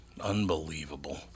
Unbelievable